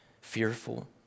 fearful